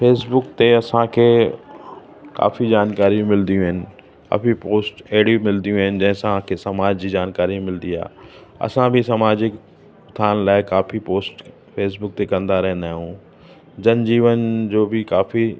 Facebook ते असांखे काफ़ी जानकारियूं मिलदियूं आहिनि काफ़ी पोस्ट अहिड़ी मिलदियूं आहिनि जंहिंसां की समाज जी जानकारी मिलदी आहे असां बि सामाजिक ठहिण लाइ काफ़ी पोस्ट फ़ेसबुक ते कंदा रहंदा आहियूं जनजीवन जो बि काफ़ी